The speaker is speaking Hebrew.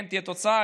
כן תהיה תוצאה.